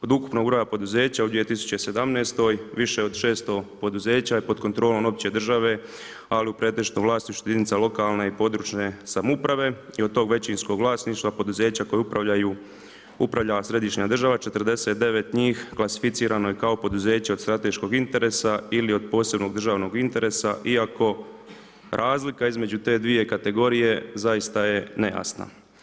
Od ukupnog broja poduzeća u 2017. više od 600 poduzeća je pod kontrolom opće države ali u pretežitom vlasništvu jedinice lokalne i područne samouprave i od tog većinskog vlasništva poduzeća koja upravljaju, upravlja središnja država, 49 njih klasificirano je kao pouzeće od strateškog interesa ili pod posebnog državnog interesa iako razlika između te dvije kategorije zaista je nejasna.